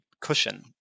cushion